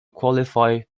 qualify